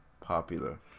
popular